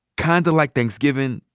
kind of like thanksgiving,